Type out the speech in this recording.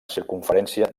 circumferència